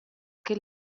che